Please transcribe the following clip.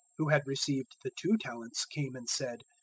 who had received the two talents, came and said,